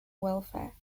welfare